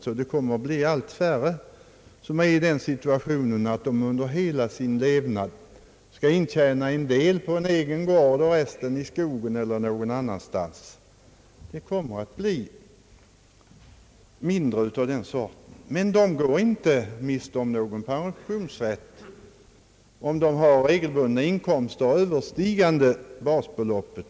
Allt färre kommer att vara i den situationen att de under sin levnad skall intjäna en del på en egen gård och resten i skogen eller någon annan stans. Det kommer att bli färre inkomsttagare av den sorten, men de går inte miste om en pensionsrätt likvärdig med andras, om de regelbundet har inkomster överstigande basbeloppet.